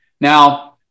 Now